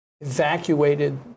evacuated